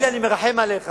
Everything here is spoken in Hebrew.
כל מה שאני אומר לא משנה,